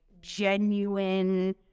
genuine